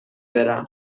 برم